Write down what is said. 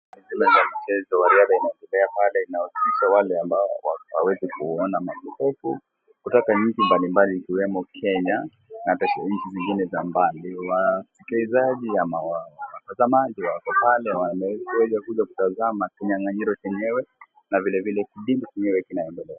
Katika mchezo wa riadha unaendelea pale. Unawahusisha wale ambao hawawezi kuona ama vipofu kutoka nchi mbalimbali ikiwemo Kenya na nchi zingine za mbali. Wasikilizaji ama watazamaji wako pale wameweza kuja kutazama kinyang'anyiro chenyewe na vilevile kipindi chenyewe kinaendelea.